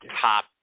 top